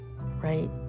right